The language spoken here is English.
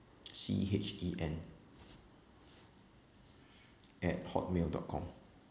C H E N at hot mail dot com